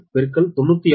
1 96